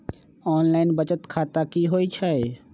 Online बचत खाता की होई छई?